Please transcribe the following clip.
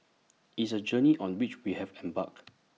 IT is A journey on which we have embarked